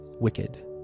Wicked